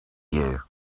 you